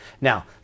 Now